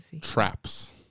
Traps